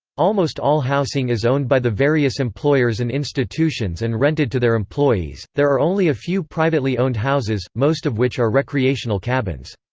almost all housing is owned by the various employers and institutions and rented to their employees there are only a few privately owned houses, most of which are recreational cabins.